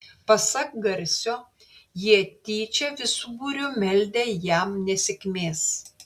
pasak garsio jie tyčia visu būriu meldę jam nesėkmės